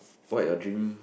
what your dream